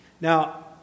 Now